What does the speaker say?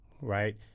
right